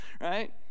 right